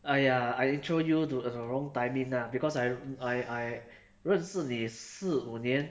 !aiya! I intro you to the wrong timing lah because I I I 认识你四五年